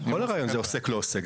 כל הרעיון זה עוסק / לא עוסק,